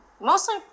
mostly